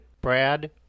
Brad